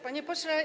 Panie Pośle!